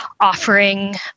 offering